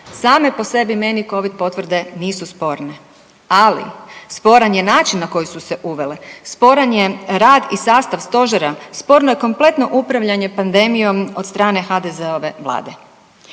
Same po sebi meni covid potvrde nisu sporne, ali sporan je način na koji su se uvele, sporan je rad i sastav stožera, sporno je kompletno upravljanje pandemijom od strane HDZ-ove vlade.